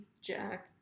Jack